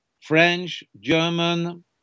French-German